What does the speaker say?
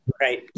right